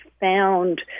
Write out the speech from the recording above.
found